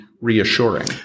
reassuring